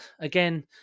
Again